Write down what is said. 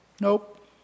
Nope